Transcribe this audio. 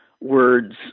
words